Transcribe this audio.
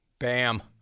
Bam